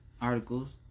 articles